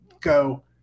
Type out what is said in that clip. go